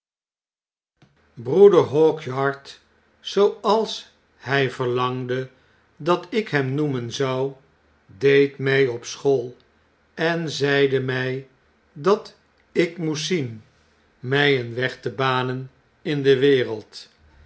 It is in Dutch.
broeder haw ky ard zooals hy verlangde dat ik hem noemen zou deed my op school en zeiden my dat ik moest zien my een weg te banen in de wereld